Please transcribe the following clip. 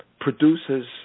produces